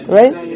right